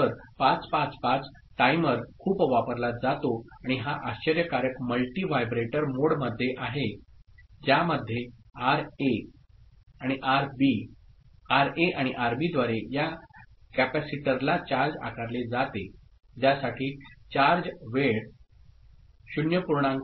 तर 555 टाइमर खूप वापरला जातो आणि हा आश्चर्यकारक मल्टी व्हायब्रेटर मोडमध्ये आहे ज्यामध्ये आरए आणि आरबी आरए आणि आरबीद्वारे या कॅपेसिटरला चार्ज आकारले जाते ज्यासाठी चार्ज वेळ 0